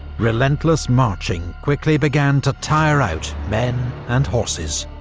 relentless marching quickly began to tire out men and horses.